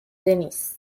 denise